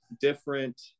different